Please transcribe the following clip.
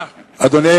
אדוני